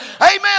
Amen